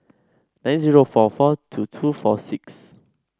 nine zero four four two two four six